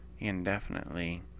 indefinitely